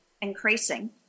increasing